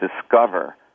discover